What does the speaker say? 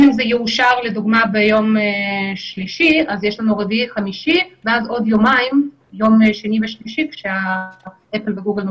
אין שום כוונה לשנות את זה והמקום הנכון בו כתובות כל ההוראות לגבי